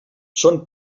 són